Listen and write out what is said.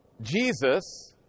Jesus